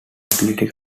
utility